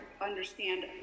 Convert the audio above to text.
understand